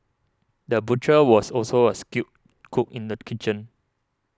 the butcher was also a skilled cook in the kitchen